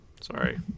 sorry